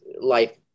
life